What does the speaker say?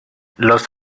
los